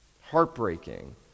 Heartbreaking